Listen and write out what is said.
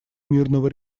мирного